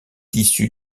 issu